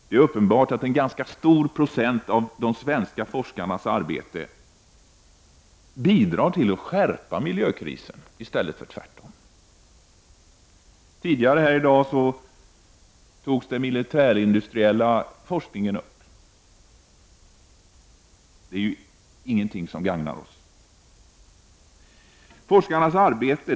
Det är uppenbart att en ganska stor procent av de svenska forskarnas arbete bidrar till att förvärra miljökrisen i stället för tvärtom. Tidigare här i dag togs den militärindustriella forskningen upp. Det är ingenting som gagnar oss.